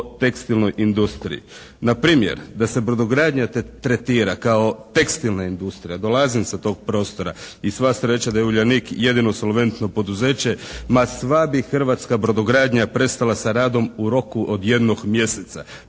tekstilnoj industriji. Na primjer da se brodogradnja tretira kao tekstilna industrija. Dolazim sa tog prostora i sva sreća da je Uljanik jedino solventno poduzeće, ma sva bi hrvatska brodogradnja prestala sa radom u roku od jednog mjeseca.